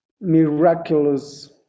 miraculous